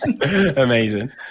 Amazing